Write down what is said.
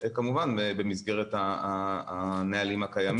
כמובן במסגרת הנהלים הקיימים.